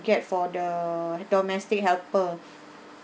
get for the he~ domestic helper